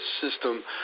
system